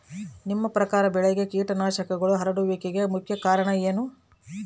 ನಿಮ್ಮ ಪ್ರಕಾರ ಬೆಳೆಗೆ ಕೇಟನಾಶಕಗಳು ಹರಡುವಿಕೆಗೆ ಮುಖ್ಯ ಕಾರಣ ಏನು?